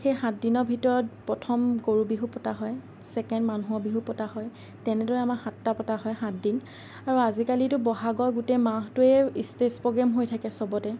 সেই সাতদিনৰ ভিতৰত প্ৰথম গৰু বিহু পতা হয় ছেকেণ্ড মানুহৰ বিহু পতা হয় তেনেদৰে আমাৰ সাতটা পতা হয় সাত দিন আৰু আজিকালিতো বহাগৰ গোটেই মাহটোৱেই ইষ্টেজ প্ৰগ্ৰেম হৈ থাকে চবতে